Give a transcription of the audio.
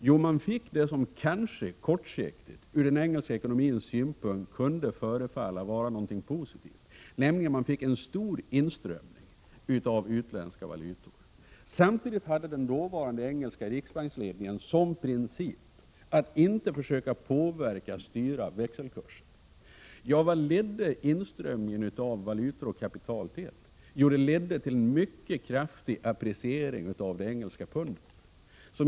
Först fick man en stor inströmning av utländska valutor, något som kanske kortsiktigt kunde förefalla vara positivt ur den engelska ekonomins synpunkt. Den dåvarande engelska riksbanksledningen hade samtidigt som princip att inte försöka styra växelkurserna. Vad ledde då denna inströmning av valutor och kapital till? Jo, den ledde till en mycket kraftig appreciering av det engelska pundet.